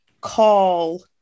call